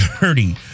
dirty